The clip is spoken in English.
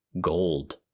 Gold